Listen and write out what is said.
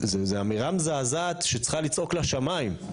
זו אמירה מזעזעת שצריכה לצעוק לשמיים.